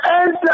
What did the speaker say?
enter